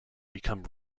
become